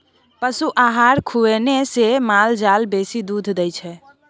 पशु आहार खुएने से माल जाल बेसी दूध दै छै